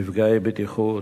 מפגעי בטיחות,